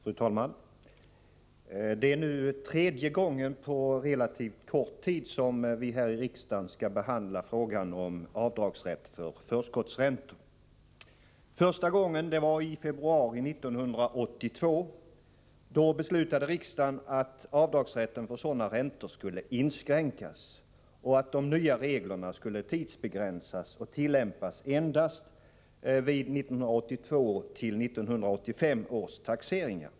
Fru talman! Det är nu tredje gången på relativt kort tid som vi här i riksdagen skall behandla frågan om rätt till avdrag för förskottsräntor. Första gången var i februari 1982. Då beslutade riksdagen att rätten till avdrag för sådana räntor skulle inskränkas. De nya reglerna skulle tidsbegränsas och tillämpas endast vid 1982-1985 års taxeringar.